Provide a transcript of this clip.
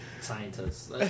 Scientists